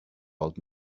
old